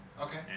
Okay